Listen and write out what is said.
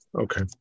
Okay